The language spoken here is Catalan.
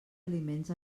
aliments